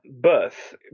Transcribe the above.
birth